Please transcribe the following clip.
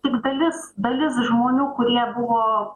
tik dalis dalis žmonių kurie buvo